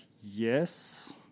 yes